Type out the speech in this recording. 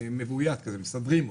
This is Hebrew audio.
מבוית, שמסדרים אותו.